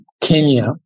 Kenya